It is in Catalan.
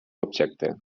objecte